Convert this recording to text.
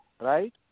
right